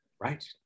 Right